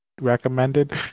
recommended